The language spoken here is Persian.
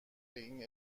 این